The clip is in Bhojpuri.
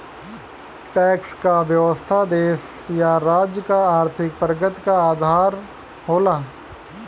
टैक्स क व्यवस्था देश या राज्य क आर्थिक प्रगति क आधार होला